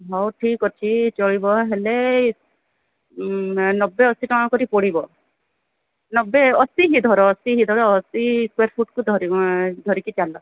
ହଉ ଠିକ୍ ଅଛି ଚଳିବ ହେଲେ ନବେ ଅଶୀ ଟଙ୍କା କରି ପଡ଼ିବ ନବେ ଅଶୀ ହି ଧର ଅଶୀ ହିଁ ଧର ଅଶୀ ସ୍କୋୟାର ଫୁଟ୍କୁ ଧରିକି ଚାଲ